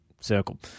circle